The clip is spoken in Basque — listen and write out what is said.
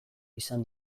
izan